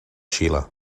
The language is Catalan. xile